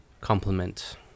complement